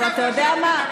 אבל אתה יודע מה?